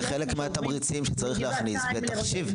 זה חלק מהתמריצים שצריך להכניס בתחשיב,